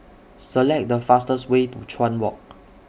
Select The fastest Way to Chuan Walk